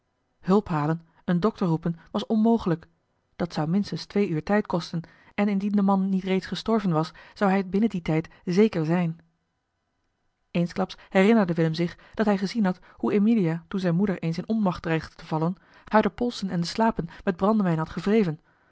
hulp halen een dokter roepen was onmogelijk dat zou minstens twee uur tijd kosten en indien de man niet reeds gestorven was zou hij het binnen dien tijd zeker zijn eensklaps herinnerde willem zich dat hij gezien had hoe emilia toen zijne moeder eens in onmacht dreigde te vallen haar de pols en de slapen met brandewijn had gewreven